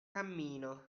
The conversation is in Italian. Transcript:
cammino